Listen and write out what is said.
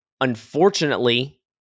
unfortunately